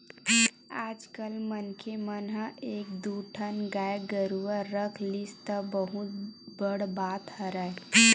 आजकल मनखे मन ह एक दू ठन गाय गरुवा रख लिस त बहुत बड़ बात हरय